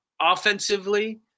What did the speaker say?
offensively